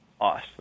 Awesome